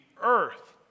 earth